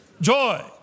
Joy